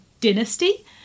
dynasty